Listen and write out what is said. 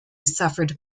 suffered